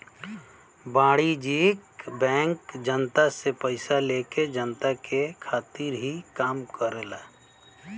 वाणिज्यिक बैंक जनता से पइसा लेके जनता के खातिर ही काम करला